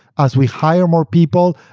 as we hire more people,